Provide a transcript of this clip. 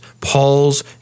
Paul's